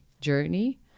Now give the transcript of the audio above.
journey